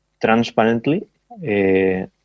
transparently